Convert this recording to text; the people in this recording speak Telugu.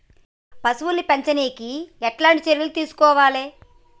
పశువుల్ని పెంచనీకి ఎట్లాంటి చర్యలు తీసుకోవాలే?